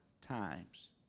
times